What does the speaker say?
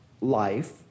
life